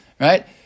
Right